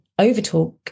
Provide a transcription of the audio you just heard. overtalk